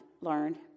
learned